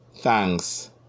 thanks